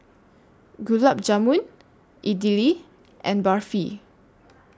Gulab Jamun Idili and Barfi